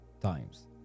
times